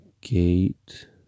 gate